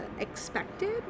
expected